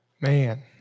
Man